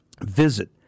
Visit